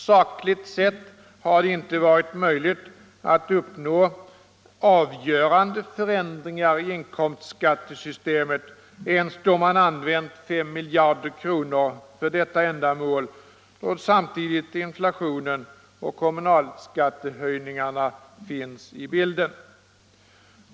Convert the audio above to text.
Sakligt sett har det inte varit möjligt att uppnå avgörande förändringar i inkomstskattesystemet ens då man använt 5 miljarder kronor för detta ändamål och samtidigt inflationen och kommunalskattehöjningarna finns i bilden.